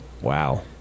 Wow